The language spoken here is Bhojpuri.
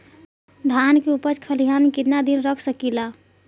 धान के उपज खलिहान मे कितना दिन रख सकि ला?